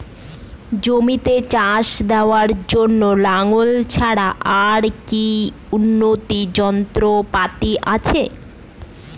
জমিতে চাষ দেওয়ার জন্য লাঙ্গল ছাড়া আর কি উন্নত যন্ত্রপাতি আছে?